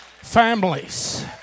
families